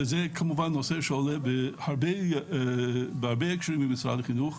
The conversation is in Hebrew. וזה כמובן נושא שעולה בהרבה הקשרים במשרד החינוך,